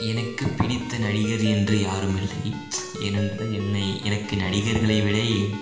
எனக்கு பிடித்த நடிகர் என்று யாரும் இல்லை ஏனென்றால் என்னை எனக்கு நடிகர்களை விட